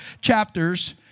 chapters